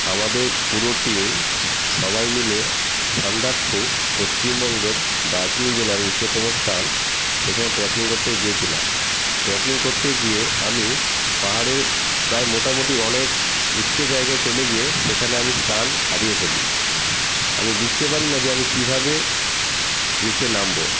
আমাদের পুরো টিম সবাই মিলে সান্দাকফু পশ্চিমবঙ্গের দার্জিলিং জেলার উচ্চতম স্থান সেখানে ট্রেকিং করতে গিয়েছিলাম ট্রেকিং করতে গিয়ে আমি পাহাড়ের প্রায় মোটামুটি অনেক উচ্চ জায়গায় চলে গিয়ে সেখানে আমি স্থান হারিয়ে ফেলি আমি বুঝতে পারি না যে আমি কীভাবে নীচে নামব